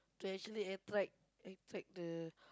to actually attract attract the